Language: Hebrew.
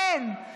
כן.